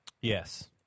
Yes